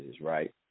right